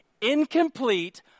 incomplete